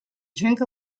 drink